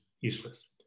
useless